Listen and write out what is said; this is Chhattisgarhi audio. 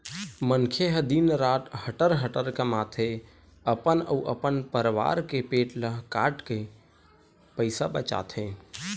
मनखे ह दिन रात हटर हटर कमाथे, अपन अउ अपन परवार के पेट ल काटके पइसा बचाथे